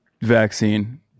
vaccine